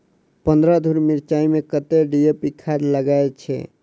पन्द्रह धूर मिर्चाई मे कत्ते डी.ए.पी खाद लगय छै?